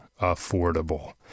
affordable